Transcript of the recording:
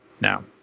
now